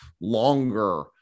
longer